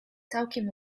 całkiem